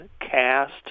cast